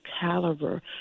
caliber